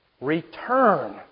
return